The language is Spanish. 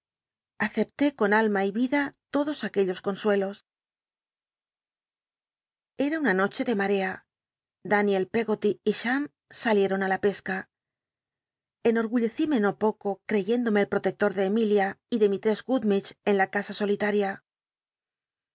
acepté con alma y da lodos aquellos consuelos bra nna norhc de ma tca danirl pl'ggoty y r ham a l icroon i la pesca enorgull cl'ituc no pocn ere éntlomc el protector de emilia y de mislres gummidge en la ca